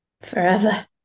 Forever